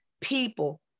people